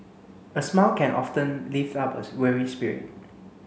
a smile can often lift up a weary spirit